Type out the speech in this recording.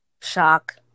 shock